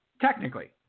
technically